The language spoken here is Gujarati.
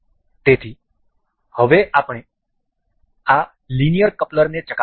તેથી હવે આપણે આ લિનિયર કપલરને ચકાસીશું